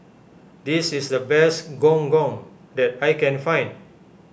this is the best Gong Gong that I can find